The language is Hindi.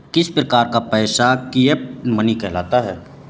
किस प्रकार का पैसा फिएट मनी कहलाता है?